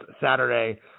Saturday